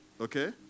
Okay